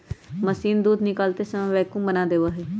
machine दूध निकालते समय वैक्यूम बना देवा हई